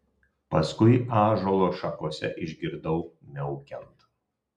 paskui ąžuolo šakose išgirdau miaukiant